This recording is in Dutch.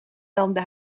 landde